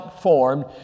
formed